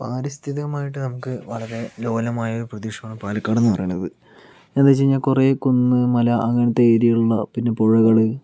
പാരിസ്ഥിതമായിട്ട് നമുക്ക് വളരെ ലോലമായ പ്രദേശമാണ് പാലക്കാട് എന്ന് പറയണത് എന്താ എന്ന് വെച്ച് കഴിഞ്ഞാൽ കുറെ കുന്ന് മല അങ്ങനത്തെ രീതിയിലുള്ള ഏരിയകൾ പിന്നെ പുഴകള്